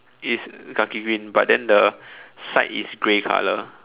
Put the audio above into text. it's Khaki green but then the side is grey color